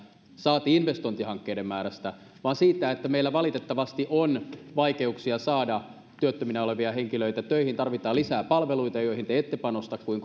saati investointihankkeiden määrästä vaan siitä että meillä valitettavasti on vaikeuksia saada työttöminä olevia henkilöitä töihin tarvitaan lisää palveluita joihin te ette panosta kuin